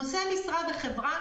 המונח